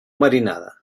marinada